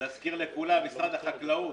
להזכיר לכולם, משרד החקלאות